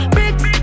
Bricks